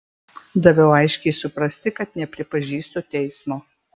daviau aiškiai suprasti kad nepripažįstu teismo